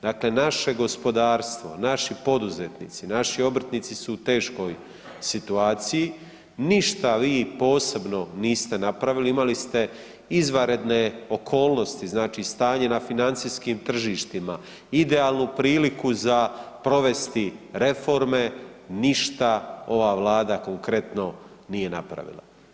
Dakle, naše gospodarstvo, naši poduzetnici, naši obrtnici su u teškoj situaciji, ništa vi posebno niste napravili imali ste izvanredne okolnosti, znači stanje na financijskim tržištima, idealnu priliku za provesti reforme, ništa ova Vlada konkretno nije napravila.